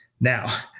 Now